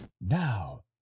Now